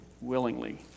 willingly